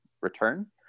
return